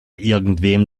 irgendwem